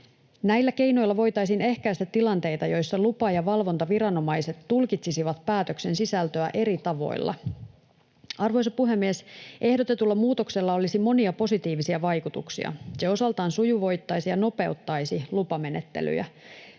Näillä keinoilla voitaisiin ehkäistä tilanteita, joissa lupa‑ ja valvontaviranomaiset tulkitsisivat päätöksen sisältöä eri tavoilla. Arvoisa puhemies! Ehdotetulla muutoksella olisi monia positiivisia vaikutuksia. Se osaltaan sujuvoittaisi ja nopeuttaisi lupamenettelyjä.